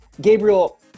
Gabriel